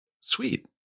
Sweet